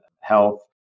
health